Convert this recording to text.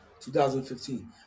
2015